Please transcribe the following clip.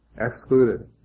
excluded